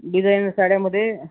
designer साड्यामध्ये